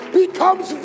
becomes